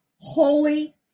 holy